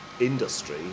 industry